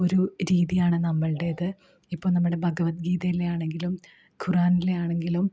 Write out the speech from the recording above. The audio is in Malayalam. ഒരു രീതിയാണ് നമ്മളുടേത് ഇപ്പോള് നമ്മളുടെ ഭഗവത് ഗീതയിലെ ആണെങ്കിലും ഖുറാനിലെ ആണെങ്കിലും